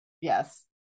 yes